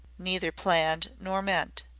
neither planned nor meant.